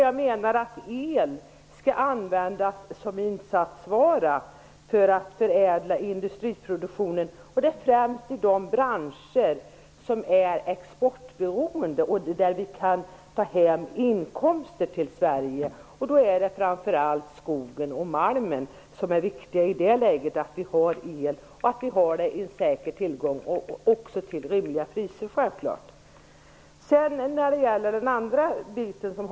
Jag menar att el skall användas som insatsvara för att förädla industriproduktionen, främst i de branscher som är exportberoende och som kan ta hem inkomster till Sverige. Det är framför allt viktigt att vi har en säker tillgång till el -- naturligtvis till rimliga priser -- när det gäller skogsoch malmindustrin.